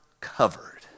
covered